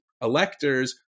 electors